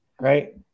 right